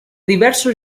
diversos